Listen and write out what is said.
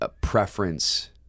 preference